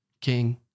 king